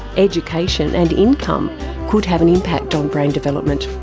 education and income could have an impact on brain development.